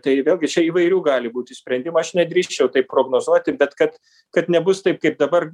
tai vėlgi čia įvairių gali būti sprendimų aš nedrįsčiau taip prognozuoti bet kad kad nebus taip kaip dabar